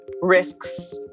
risks